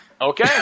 Okay